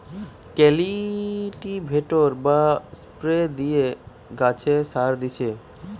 cultivator বা spray দিয়ে গাছে সার দিচ্ছি